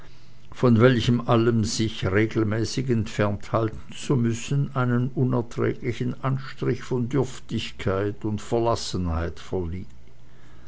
von welch allem sich regelmäßig entfernt halten zu müssen einen unerträglichen anstrich von dürftigkeit und verlassenheit verlieh